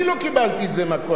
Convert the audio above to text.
אני לא קיבלתי את זה מהקואליציה.